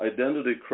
Identity